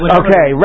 okay